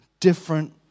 different